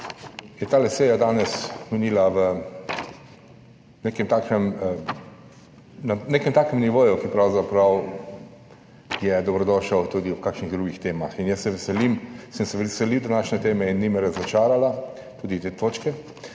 ta seja danes minila na nekem takem nivoju, ki je dobrodošel tudi ob kakšnih drugih temah. Jaz sem se veselil današnje teme in ni me razočarala, tudi te točke.